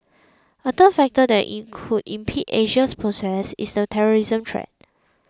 a third factor that in could impede Asia's process is the terrorism threat